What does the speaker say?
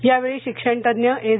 यावेळी शिक्षणतज्ज्ञएस